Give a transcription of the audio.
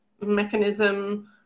mechanism